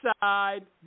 side